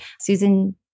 Susan